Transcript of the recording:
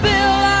Bill